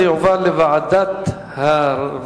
זה יועבר לוועדת העבודה,